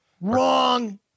Wrong